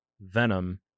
venom